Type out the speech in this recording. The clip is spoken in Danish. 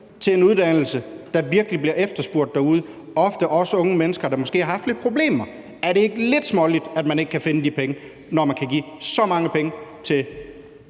til en uddannelse, der virkelig bliver efterspurgt derude, ofte også unge mennesker, der måske har haft lidt problemer? Er det ikke lidt småligt, at man ikke kan finde de penge, når man kan give så mange penge til